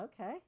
okay